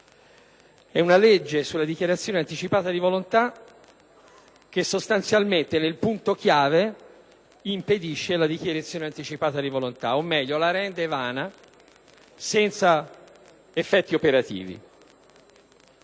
è una legge sulla dichiarazione anticipata di volontà che nel punto chiave impedisce la dichiarazione anticipata di volontà o, meglio, la rende vana e senza effetti operativi.